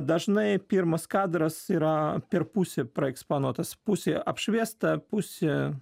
dažnai pirmas kadras yra per pusę praeksponuotas pusė apšviesta pusė